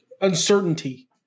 uncertainty